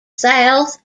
south